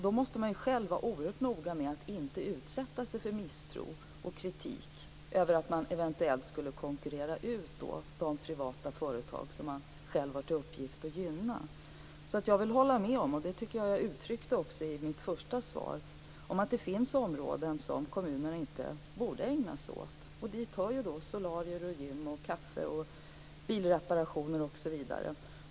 Då måste man själv vara oerhört noga med att inte utsätta sig för misstro och kritik för att man eventuellt skulle konkurrera ut de privata företag som man själv har till uppgift att gynna. Jag vill hålla med om - och det tycker jag att jag uttryckte också i mitt första svar - att det finns områden som kommunerna inte borde ägna sig åt. Dit hör solarier, gym, kaffe, bilreparationer osv.